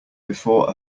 before